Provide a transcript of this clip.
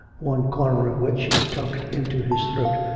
one corner of which he tucked into his throat,